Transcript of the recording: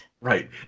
Right